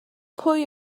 pwy